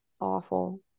awful